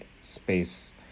space